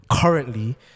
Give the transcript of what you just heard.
currently